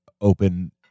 Open